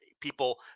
people